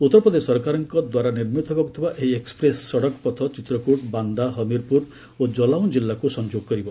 ଉତ୍ତର ପ୍ରଦେଶ ସରକାରଙ୍କ ନିର୍ମିତ ହେବାକ୍ ଥିବା ଏହି ଏକୁପ୍ରେସ୍ ସଡ଼କପଥ ଚିତ୍ରକୁଟ ବାନ୍ଦା ହମିରପୁର ଓ କଲାଓଁ ଜିଲ୍ଲାକୁ ସଂଯୋଗ କରିବ